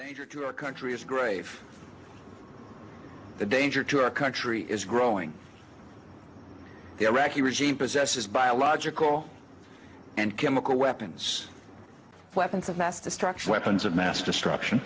your country is grave the danger to our country is growing the iraqi regime possesses biological and chemical weapons weapons of mass destruction weapons of mass destruction